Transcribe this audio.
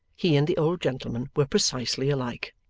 he and the old gentleman were precisely alike.